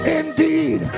indeed